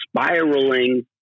spiraling